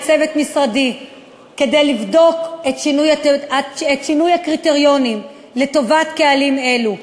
את צוות משרדי כדי לבדוק את שינוי הקריטריונים לטובת קהלים אלו.